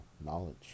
knowledge